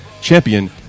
champion